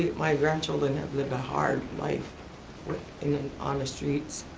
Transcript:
my grandchildren have lived a hard life and and on the streets,